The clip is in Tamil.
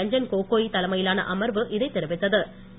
ரஞ்சன் கோகோய் தலைமையிலான அமர்வு இதை தெரிவித்த்து